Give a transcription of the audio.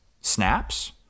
snaps